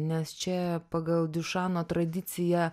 nes čia pagal diušano tradiciją